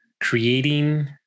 creating